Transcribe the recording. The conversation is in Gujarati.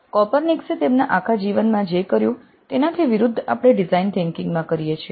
કોપરનિકસએ તેના આખા જીવનમાં જે કર્યું તેનાથી વિરુદ્ધ આપણે ડિઝાઇન થીંકીંગ માં કરીએ છીએ